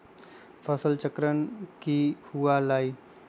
फसल चक्रण की हुआ लाई?